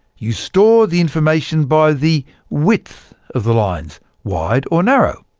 you store the information by the width of the lines wide or narrow.